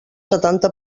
setanta